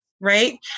Right